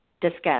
discuss